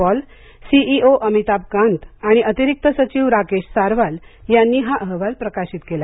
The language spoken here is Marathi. पॉल सीईओ अमिताभ कांत आणि अतिरिकत सचिव राकेश सारवाल यांनी हा अहवाल प्रकाशित केला